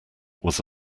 was